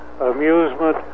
amusement